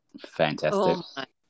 Fantastic